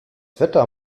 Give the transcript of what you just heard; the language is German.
wetter